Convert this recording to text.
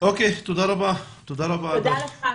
תודה לך.